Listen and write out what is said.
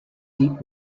deep